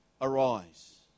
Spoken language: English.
arise